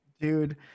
Dude